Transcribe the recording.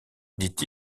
dit